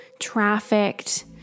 trafficked